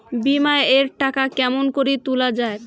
বিমা এর টাকা কেমন করি তুলা য়ায়?